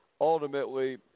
ultimately